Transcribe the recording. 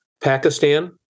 Pakistan